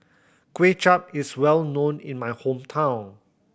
Kuay Chap is well known in my hometown